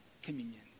Communion